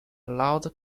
loud